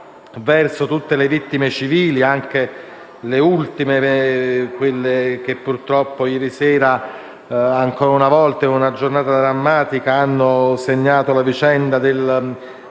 verso tutte le vittime civili, anche le ultime, quelle che, purtroppo, ieri sera, ancora una volta in una giornata drammatica, sono cadute